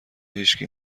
هیشکی